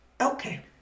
Okay